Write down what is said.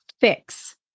fix